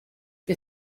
que